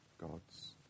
God's